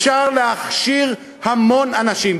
אפשר להכשיר המון אנשים.